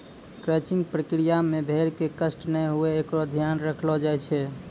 crutching प्रक्रिया मे भेड़ क कष्ट नै हुये एकरो ध्यान रखलो जाय छै